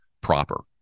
proper